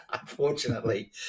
unfortunately